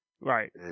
Right